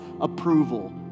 approval